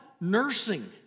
nursing